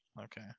Okay